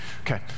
Okay